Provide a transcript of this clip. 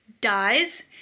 dies